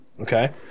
Okay